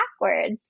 backwards